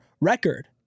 record